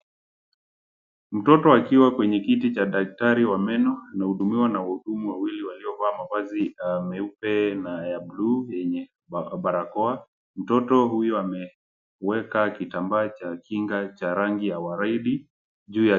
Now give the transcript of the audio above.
Mtoto akiwa kwenye kiti cha daktari wa meno, anahudumiwa na wahudumu wawili waliova mavazi meupe na ya bluu yenye barakoa, mtoto huyo ameweka kutambaa cha kinga cha rangi ya waridi juu yaa..